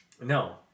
No